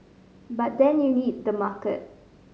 but then you need the market